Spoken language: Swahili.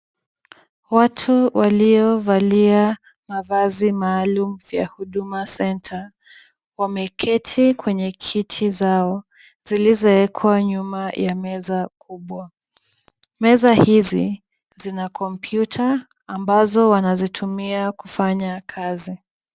Watu waliovalia mavazi maalum ya huduma centre wameketi kwenye kiti zao zilizowekwa nyuma ya meza kubwa. Meza hizi zina kompyuta ambazo wanazitumia kufanya kazi.